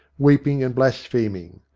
weeping and blaspheming.